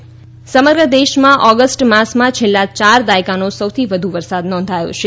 વરસાદ સમગ્ર દેશમાં ઓગસ્ટ માસમાં છેલ્લા ચાર દાયકાનો સૌથી વધુ વરસાદ નોંધાયો છે